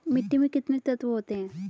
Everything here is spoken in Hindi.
मिट्टी में कितने तत्व होते हैं?